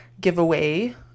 giveaway